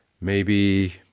Maybe